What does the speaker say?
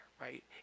right